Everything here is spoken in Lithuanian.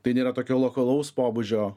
tai nėra tokio lokalaus pobūdžio